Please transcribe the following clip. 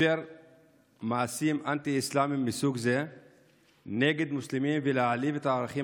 לאפשר מעשים אנטי-אסלאמיים מסוג זה נגד מוסלמים ולהעליב את הערכים